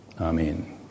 Amen